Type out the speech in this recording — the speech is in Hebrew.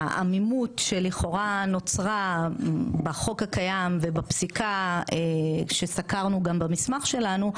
מהעמימות שלכאורה נוצרה בחוק הקיים ובפסיקה שסקרנו גם במסמך שלנו,